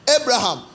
Abraham